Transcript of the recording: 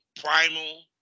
primal